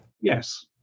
Yes